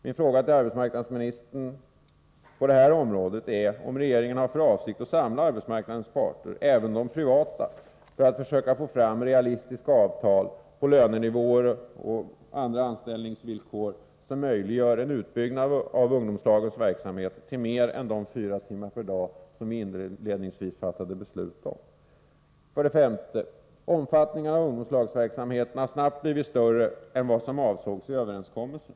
Min fråga till arbetsmarknadsministern på detta område är om regeringen har för avsikt att samla arbetsmarknadens parter, även de privata, för att försöka att få fram realistiska avtal på lönenivåer och när det gäller andra anställningsvillkor som möjliggör också en utbyggnad av ungdomslagens verksamhet till mer än de fyra timmar per dag som vi inledningsvis fattade beslut om. 5. Omfattningen av ungdomslagsverksamheten har snabbt blivit större än vad som avsågs i överenskommelsen.